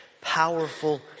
powerful